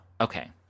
Okay